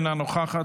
אינה נוכחת,